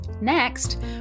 Next